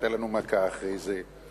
היתה לנו מכה אחרי זה,